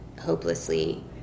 hopelessly